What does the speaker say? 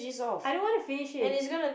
I don't want to finish it